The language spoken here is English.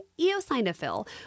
eosinophil